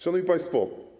Szanowni Państwo!